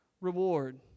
reward